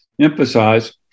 emphasize